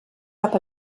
cap